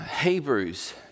Hebrews